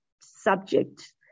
subject